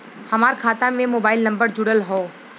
हमार खाता में मोबाइल नम्बर जुड़ल हो?